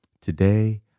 Today